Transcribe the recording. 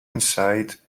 insight